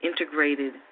integrated